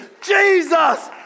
Jesus